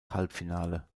halbfinale